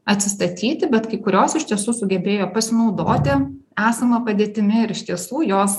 atsistatyti bet kai kurios iš tiesų sugebėjo pasinaudoti esama padėtimi ir iš tiesų jos